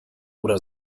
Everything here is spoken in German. oder